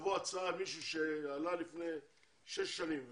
תבוא הצעה למישהו שעלה לפני שש שנים,